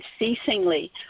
unceasingly